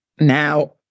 Now